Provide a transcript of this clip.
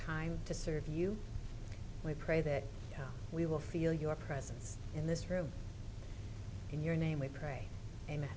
time to serve you i pray that we will feel your presence in this room in your name we pray and